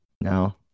No